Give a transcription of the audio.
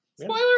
Spoiler